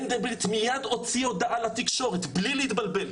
מנדלבליט מיד הוציא הודעה לתקשורת, בלי להתבלבל,